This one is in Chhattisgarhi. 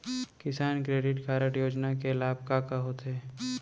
किसान क्रेडिट कारड योजना के लाभ का का होथे?